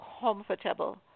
comfortable